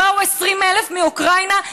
באו 20,000 מאוקראינה,